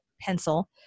pencil